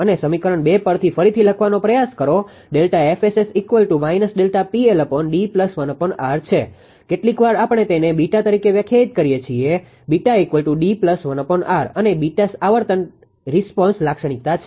અને સમીકરણ 2 પરથી ફરીથી લખવાનો પ્રયાસ કરો ΔFSS છે કેટલીકવાર આપણે તેને તરીકે વ્યાખ્યાયિત કરીએ છીએ અને આવર્તન રિસ્પોન્સ લાક્ષણિકતા છે